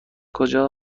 کجا